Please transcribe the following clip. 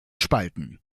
spalten